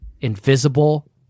invisible